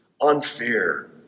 unfair